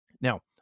Now